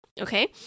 Okay